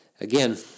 again